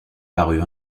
parut